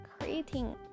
creating